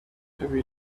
every